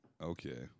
Okay